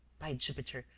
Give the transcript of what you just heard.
by jupiter,